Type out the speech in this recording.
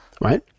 right